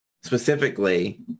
specifically